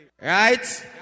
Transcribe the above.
right